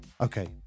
Okay